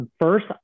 first